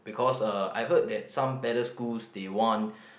because uh I heard that some better schools they want